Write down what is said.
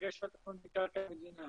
בדגש על תכנון בקרקע מדינה